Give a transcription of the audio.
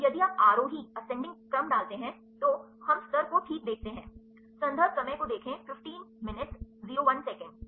तो यदि आप आरोही क्रम डालते हैं तो हम स्तर को ठीक देखते हैं